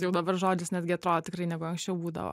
jau dabar žodis netgi atrodo tikrai negu anksčiau būdavo